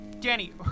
Danny